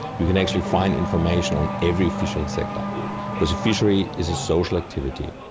you can actually find information on every fishing sector because fishery is a social activity.